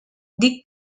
dic